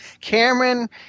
cameron